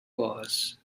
was